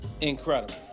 incredible